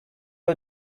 you